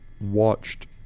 watched